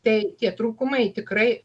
tai tie trūkumai tikrai